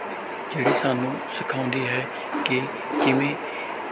ਜਿਹੜੀ ਸਾਨੂੰ ਸਿਖਾਉਂਦੀ ਹੈ ਕਿ ਕਿਵੇਂ